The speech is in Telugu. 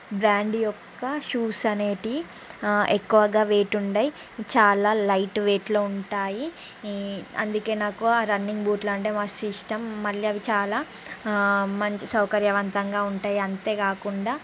బ్రాండ్ యొక్క షూస్ అనేటివి ఎక్కువగా వెయిట్ ఉండవు చాలా లైట్ వెయిట్లో ఉంటాయి అందుకే నాకు రన్నింగ్ బూట్లు అంటే మస్తు ఇష్టం మళ్ళీ అవి చాలా మంచి సౌకర్యవంతంగా ఉంటాయి అంతే కాకుండా